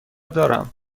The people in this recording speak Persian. دارم